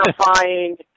terrifying